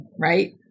right